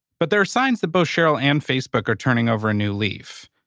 but there are signs that both sheryl and facebook are turning over a new leaf.